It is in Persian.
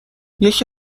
یکی